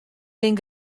binne